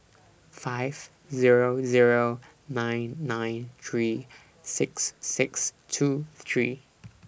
five Zero Zero nine nine three six six two three